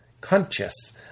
conscious